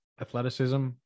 athleticism